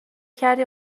کردی